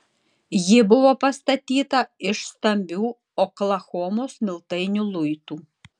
ji buvo pastatyta iš stambių oklahomos smiltainio luitų